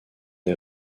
des